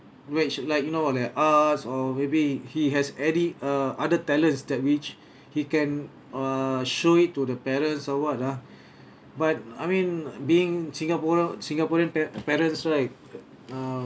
which like you know like us or maybe he has any uh other talents that which he can err show it to the parents or what ah but I mean being singaporeal singaporean pa~ parents right uh